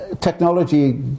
technology